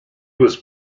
was